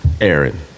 Aaron